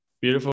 beautiful